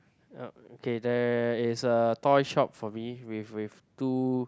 (uh)okay there is a toy shop for me with with two